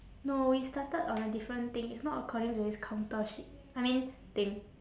no we started on a different thing it's not according to this counter shit I mean thing